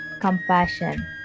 compassion